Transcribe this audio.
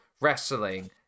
wrestling